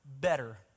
better